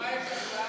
ומה יש שם עכשיו?